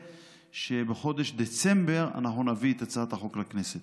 שבחודש דצמבר נביא את הצעת החוק לכנסת.